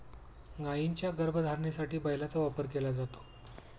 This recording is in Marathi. गायींच्या गर्भधारणेसाठी बैलाचा वापर केला जातो